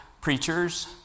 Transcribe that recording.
preachers